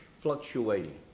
fluctuating